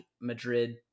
Madrid